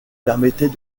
permettait